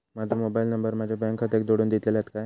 माजो mobile number माझ्या bank खात्याक जोडून दितल्यात काय?